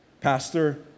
Pastor